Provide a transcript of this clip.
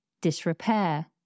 disrepair